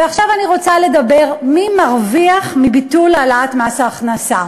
ועכשיו אני רוצה לדבר על מי מרוויח מביטול העלאת מס ההכנסה.